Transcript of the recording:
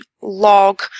log